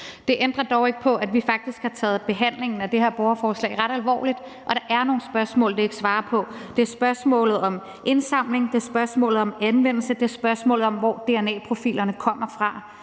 Det ændrer dog ikke på, at vi faktisk har taget behandlingen af det her borgerforslag ret alvorligt, og der er nogle spørgsmål, det ikke svarer på. Det er spørgsmålet om indsamling, det er spørgsmålet om anvendelse, og det er spørgsmålet om, hvor dna-profilerne kommer fra.